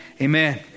amen